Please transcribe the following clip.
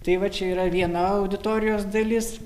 tai vat čia yra viena auditorijos dalis